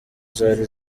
zari